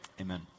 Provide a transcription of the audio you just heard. Amen